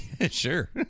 Sure